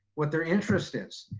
what their interest is.